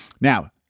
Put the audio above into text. Now